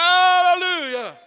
Hallelujah